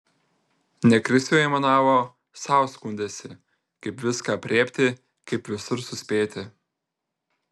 ne krisiui aimanavo sau skundėsi kaip viską aprėpti kaip visur suspėti